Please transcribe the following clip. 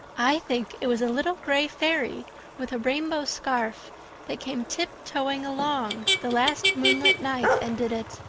i think it was a little gray fairy with a rainbow scarf that came tiptoeing along the last moonlight night and did it.